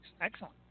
Excellent